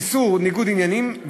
איסור ניגוד עניינים,